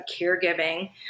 caregiving